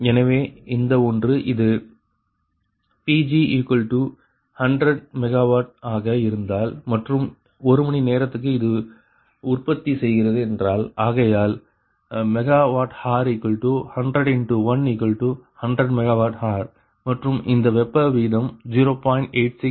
எனவே இந்த ஒன்று இது Pg100 MW ஆக இருந்தால் மற்றும் ஒரு மணிநேரத்துக்கு இது உற்பத்தி செய்கிறது என்றால் ஆகையால் MWh100×1100 MWh மற்றும் இந்த வெப்ப வீதம் 0